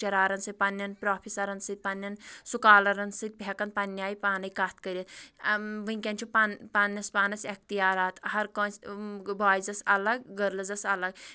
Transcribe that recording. لیکچرارَن سۭتۍ پَنٕنٮ۪ن پرٛافیسَرَن سۭتۍ پَنٕنٮ۪ن سُکالَرَن سۭتۍ ہٮ۪کان پَنٕنہِ آیہِ پانٕے کَتھ کٔرِتھ ؤنکٮ۪ن چھُ پنٕن پَنٕنِس پانس احتِیارَات ہَر کٲنسہِ بایزَس اَلگ گٔرلٔزَس اَلگ